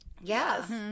Yes